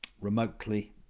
remotely